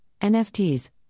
NFTs